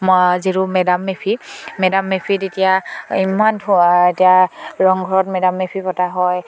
যিটো madam Mephi madam Mephi তেতিয়া ইমান ধোৱা এতিয়া ৰংঘৰত মেডাম মেফি পতা হয়